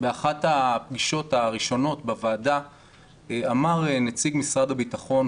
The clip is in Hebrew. באחת הפגישות הראשונות בוועדה אמר נציג משרד הביטחון,